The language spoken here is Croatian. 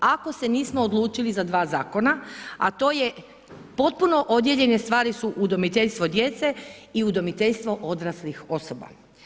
Ako se nismo odlučili za dva zakona, a to je potpuno odjeljenje stvari su udomiteljstvo djece i udomiteljstvo odraslih osoba.